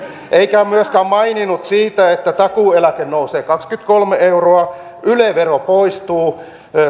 eikä ole myöskään maininnut sitä että takuueläke nousee kaksikymmentäkolme euroa yle vero poistuu